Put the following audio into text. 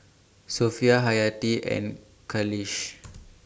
Sofea Hayati and Khalish